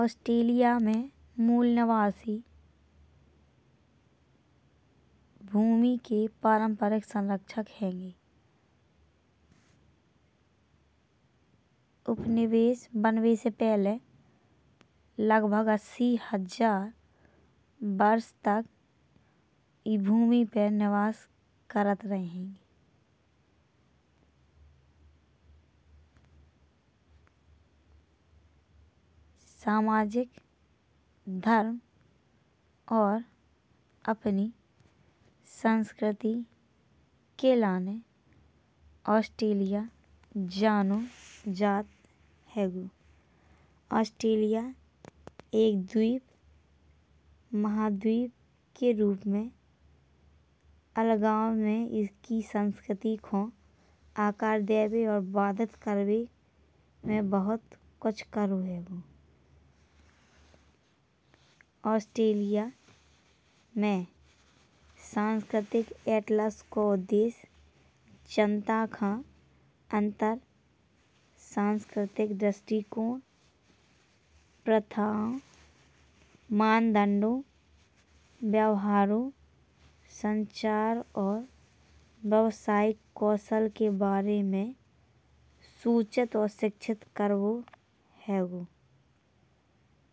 ऑस्ट्रेलिया में मूलनिवासी भूमियों के पारंपरिक सरंक्षक हैंगे। उपनिवेश बनने से पहले लगभग अस्सी हजार वर्ष तक ई भूमि पर निवास करत रहे। सामाजिक धर्म और अपनी संस्कृति के लाने ऑस्ट्रेलिया जानो जात हैंगो। ऑस्ट्रेलिया एक द्वीप महाद्वीप के रूप में अलगाव में इसकी संस्कृति। को आकार देबे और बाधित करे में बहुत कुछ करो हैंगो। ऑस्ट्रेलिया में सांस्कृतिक एटलस को देश चिंता खा अंतर सांस्कृतिक दृष्टिकोण। प्रथाओं, मानदंडों, व्यवहारों, संचार और बहुत सारे कौशल के बारे में सूचित और शिक्षित करबो हैंगो।